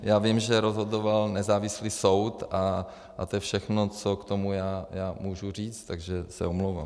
Já vím, že rozhodoval nezávislý soud, a to je všechno, co k tomu já můžu říct, takže se omlouvám.